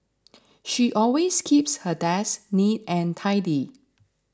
she always keeps her desk neat and tidy